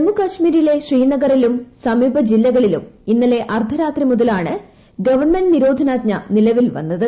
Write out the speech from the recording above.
ജമ്മു കാശ്മീരിലെ ശ്രീനഗറിലും സമീപ ജില്ലകളിലും ഇന്നലെ അർദ്ധരാത്രി മുതലാണ് ഗവൺമെന്റ് നിരോധനാജ്ഞ നിലവിൽ വന്നത്